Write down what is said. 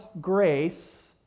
grace